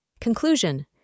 Conclusion